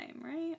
right